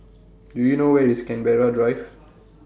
Do YOU know Where IS Canberra Drive